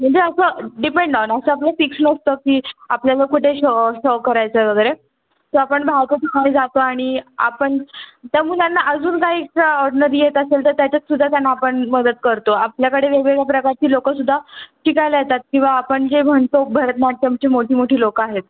म्हणजे असं depend on असं आपलं फिक्स नसतं की आपल्याला कुठे शो शो करायचं आहे वगैरे सो आपण बाहेरच्या ठिकाणी जातो आणि आपण त्या मुलांना अजून काय एक्स्ट्राऑडनरी येत असेल तर त्याच्यात सुद्धा त्यांना आपण मदत करतो आपल्याकडे वेगवेगळ्या प्रकारची लोकंसुद्धा टिकायला येतात किंवा आपण जे म्हणतो भरतनाट्यमची मोठी मोठी लोकं आहेत